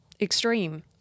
extreme